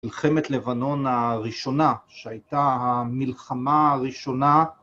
מלחמת לבנון הראשונה שהייתה המלחמה הראשונה